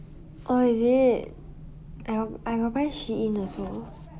oh is it I I got buy in SHEIN also